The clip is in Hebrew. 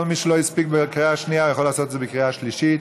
כל מי שלא הספיק בקריאה השנייה יכול לעשות את זה בקריאה השלישית.